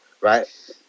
right